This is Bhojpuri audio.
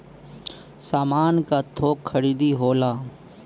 सामान क थोक खरीदी होला